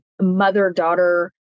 mother-daughter